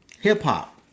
hip-hop